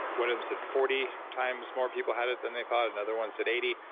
one of them said forty times more people had it than they thought, another one said eighty,